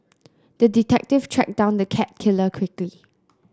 the detective tracked down the cat killer quickly